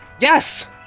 Yes